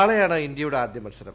നാളെയാണ് ഇന്ത്യയുടെ ആദ്യ മൽസരം